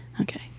Okay